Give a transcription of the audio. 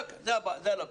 זו הלקונה.